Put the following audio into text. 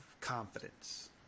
confidence